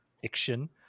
fiction